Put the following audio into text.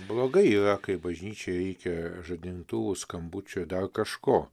blogai yra kai bažnyčiai reikia žadintuvo skambučio dar kažko